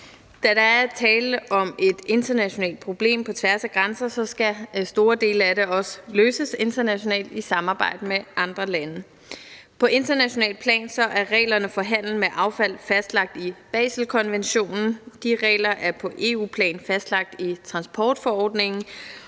Da der er tale om et internationalt problem på tværs af grænser, så skal store dele af det også løses internationalt i samarbejde med andre lande. På internationalt plan er reglerne for handel med affald fastlagt i Baselkonventionen. De regler er på EU-plan fastlagt i transportforordningen,